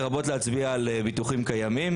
לרבות להצביע על ביטוחים קיימים